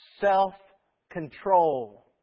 Self-control